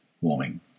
warming